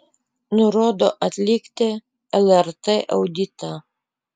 nurodo atlikti lrt auditą